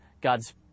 God's